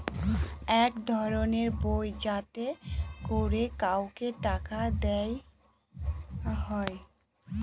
এক ধরনের বই যাতে করে কাউকে টাকা দেয়া হয়